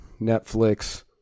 Netflix